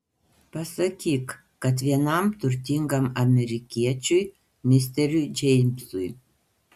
pasakyk kad vienam turtingam amerikiečiui misteriui džeimsui